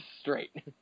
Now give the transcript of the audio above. straight